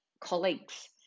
colleagues